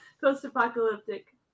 post-apocalyptic